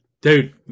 Dude